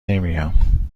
نمیام